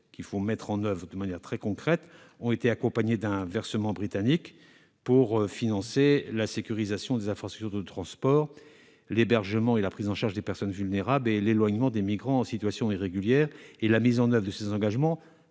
qu'il faut mettre en oeuvre de manière très concrète, ont été accompagnées d'un versement britannique pour financer la sécurisation des infrastructures de transport, l'hébergement et la prise en charge des personnes vulnérables, ainsi que l'éloignement des migrants en situation irrégulière. La mise en oeuvre de ces engagements